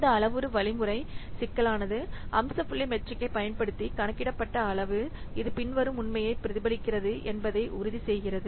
இந்த அளவுரு வழிமுறை சிக்கலானது அம்ச புள்ளி மெட்ரிக்கைப் பயன்படுத்தி கணக்கிடப்பட்ட அளவு இது பின்வரும் உண்மையை பிரதிபலிக்கிறது என்பதை உறுதி செய்கிறது